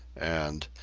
and,